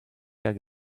hag